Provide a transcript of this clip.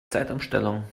zeitumstellung